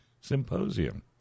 symposium